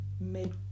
made